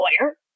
lawyer